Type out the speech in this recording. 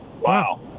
Wow